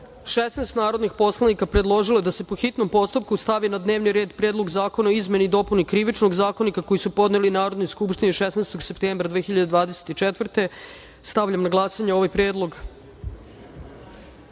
16 narodnih poslanika predložilo je da se po hitnom postupku stavi na dnevni red Predlog zakona o izmeni i dopuni Krivičnog zakonika, koji su podneli Narodnoj skupštini 16. septembra 2024. godine. Stavljam na glasanje ovaj